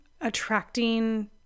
attracting